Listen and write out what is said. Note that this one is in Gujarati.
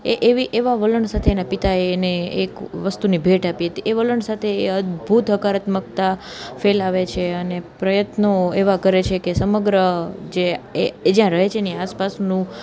એ એવી એવા વલણ સાથે એના પિતાએ એને એક વસ્તુની ભેટ આપી હતી એ વલણ સાથે એ અદભૂત હકારાત્મકતા ફેલાવે છે અને પ્રયત્નો એવા કરે છે કે સમગ્ર જે એ જ્યાં રહે છે એની અસપાસનું